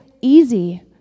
easy